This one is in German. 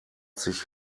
sich